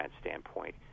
standpoint